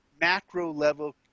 macro-level